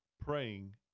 praying